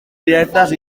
directes